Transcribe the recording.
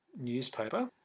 newspaper